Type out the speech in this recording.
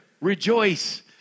rejoice